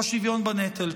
בשוויון בנטל.